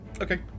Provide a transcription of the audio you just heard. Okay